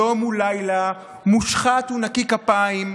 יום הוא לילה, מושחת הוא נקי כפיים,